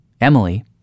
Emily